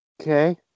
Okay